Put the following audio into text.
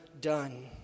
done